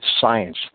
science